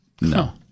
No